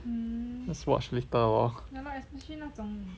just watch later lor